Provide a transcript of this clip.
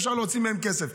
יש שם כאלה שהם בשכר מינימום,